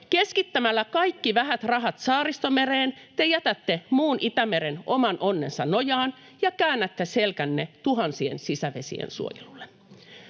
Keskittämällä kaikki vähät rahat Saaristomereen te jätätte muun Itämeren oman onnensa nojaan ja käännätte selkänne tuhansien sisävesien suojelulle.